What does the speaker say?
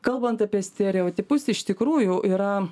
kalbant apie stereotipus iš tikrųjų yra